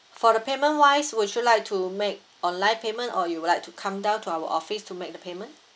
for the payment wise would you like to make online payment or you'd like to come down to our office to make the payment